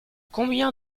combien